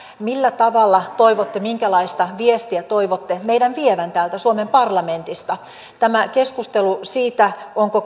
millä tavalla minkälaista viestiä toivotte meidän vievän täältä suomen parlamentista tämä keskustelu siitä onko